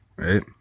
Right